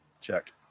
check